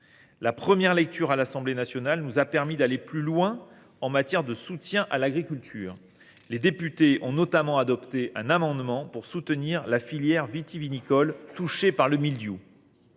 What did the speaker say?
La première lecture à l’Assemblée nationale nous a permis d’aller plus loin en matière de soutien à l’agriculture. Les députés ont notamment adopté un amendement pour soutenir la filière vitivinicole touchée par le mildiou.